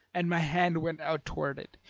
and my hand went out toward it,